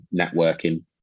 networking